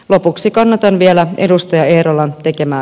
lopuksi kannatan vielä edustaja eerolan tekemää